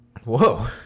Whoa